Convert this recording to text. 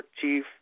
Chief